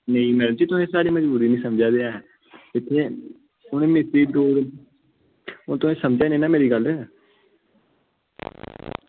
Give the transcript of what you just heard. नेईं मैडम जी तुस साढ़ी मजबूरी निं समझा दे ऐ ते हून तुस समझा दे नना मेरी गल्ल